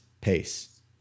pace